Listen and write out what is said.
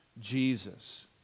Jesus